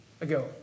ago